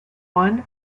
one